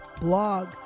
blog